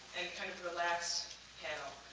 kind of relaxed panel.